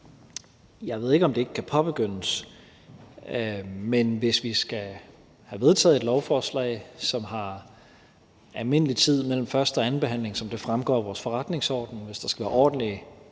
Jeg ved ikke, om det ikke kan påbegyndes, men hvis vi skal have vedtaget et lovforslag, hvor der går den normale tid mellem første- og andenbehandlingen, som det fremgår af vores forretningsorden, hvis der skal være ordentlige